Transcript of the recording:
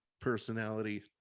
personality